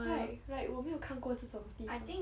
right like 我没有看过这种地方